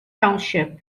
township